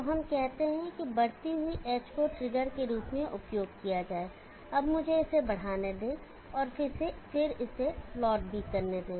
तो हम कहते हैं कि बढ़ती हुई एज को ट्रिगर के रूप में उपयोग किया जाएगा अब मुझे इसे बढ़ाने दे और फिर इसे भी प्लॉट करने दे